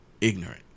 ignorant